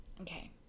Okay